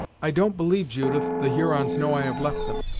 i don't believe, judith, the hurons know i have left them.